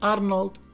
Arnold